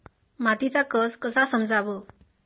मातीचा कस कसा समजाव?